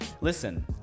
Listen